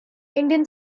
indian